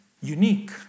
Unique